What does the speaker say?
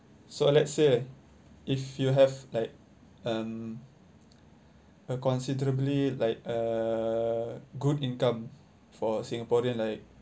so let's say if you have like uh a considerably like uh good income for singaporean like